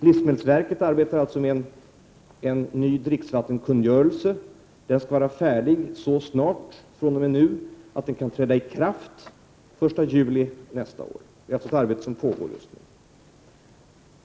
Livsmedelsverket arbetar alltså med en ny dricksvattenkungörelse. Den skall vara färdig så snart att den kan träda i kraft den 1 juli nästa år. Detta är alltså ett arbete som nu pågår.